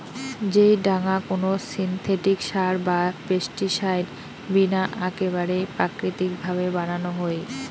যেই ডাঙা কোনো সিনথেটিক সার বা পেস্টিসাইড বিনা আকেবারে প্রাকৃতিক ভাবে বানানো হই